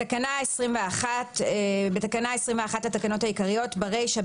" בתקנה 21 לתקנות העיקריות - ברישה,